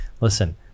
listen